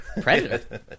Predator